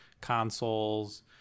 consoles